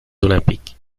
olympiques